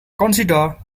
consider